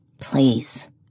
Please